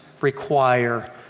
require